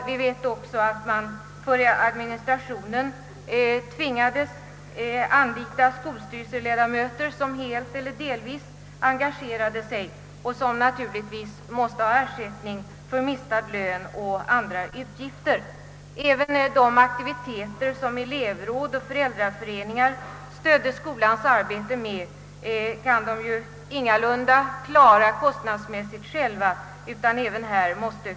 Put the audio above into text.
Vi vet också att man för administrationen tvingades anlita skolstyrelseledamöter som helt eller delvis engagerade sig för detta och naturligtvis måste ha ersättning för mistad lön och omkostnader. Även de aktiviteter som elevråd och föräldraföreningar stödde skolans arbete med kan dessa ingalunda själva klara kostnadsmässigt, utan också här måste kommunerna lämna ersättning.